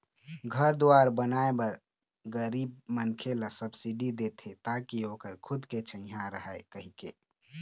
घर दुवार बनाए बर गरीब मनखे ल सब्सिडी देथे ताकि ओखर खुद के छइहाँ रहय कहिके